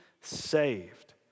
saved